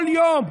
כל יום,